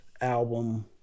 album